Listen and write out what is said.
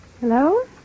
Hello